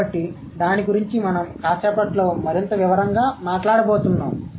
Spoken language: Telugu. కాబట్టి దాని గురించి మనం కాసేపట్లో మరింత వివరంగా మాట్లాడబోతున్నాం